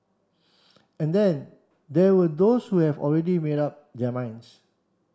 and then there were those who have already made up their minds